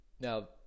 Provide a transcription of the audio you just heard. Now